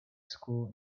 school